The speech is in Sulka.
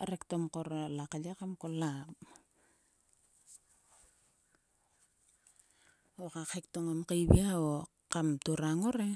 Rek to mkor la kye kam kol a ho ka khek to ngom keive kam turang ngor e.